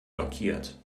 blockiert